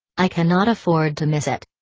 i cannot afford to miss it.